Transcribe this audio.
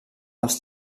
als